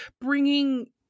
bringing